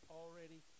already